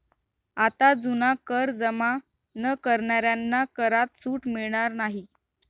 आता जुना कर जमा न करणाऱ्यांना करात सूट मिळणार नाही